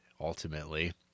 Ultimately